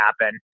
happen